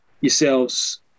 yourselves